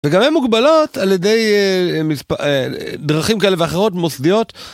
וגם הן מוגבלות על ידי דרכים כאלה ואחרות מוסדיות